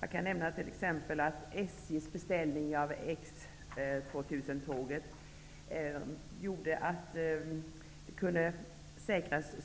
Jag kan nämna t.ex. att SJ:s beställning av X2000-tåget gjorde att